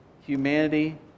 humanity